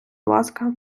ласка